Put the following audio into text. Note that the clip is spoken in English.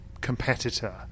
competitor